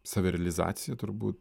savirealizacija turbūt